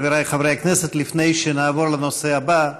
חבריי חברי הכנסת, לפני שנעבור לנושא הבא,